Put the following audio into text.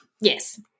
Yes